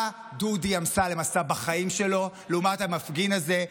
מה דודי אמסלם עשה בחיים שלו לעומת המפגין הזה?